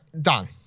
done